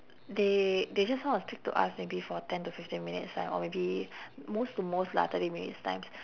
they they just want to speak to us maybe for ten to fifteen minutes time or maybe most to most lah thirty minutes times